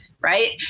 right